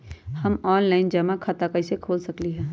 हम ऑनलाइन जमा खाता कईसे खोल सकली ह?